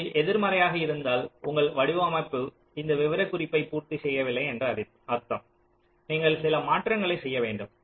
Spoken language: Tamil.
இது எதிர்மறையாக இருந்தால் உங்கள் வடிவமைப்பு இந்த விவரக்குறிப்பை பூர்த்தி செய்யவில்லை என்று அர்த்தம் நீங்கள் சில மாற்றங்களைச் செய்ய வேண்டும்